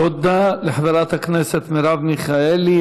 תודה לחברת הכנסת מרב מיכאלי.